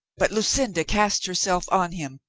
but lucinda cast herself on him,